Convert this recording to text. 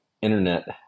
internet